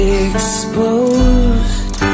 exposed